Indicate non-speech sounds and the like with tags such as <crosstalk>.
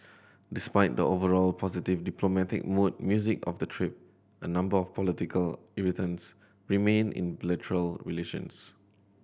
despite the overall positive diplomatic mood music of the trip a number of political irritants remain in <unintelligible> relations